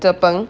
the peng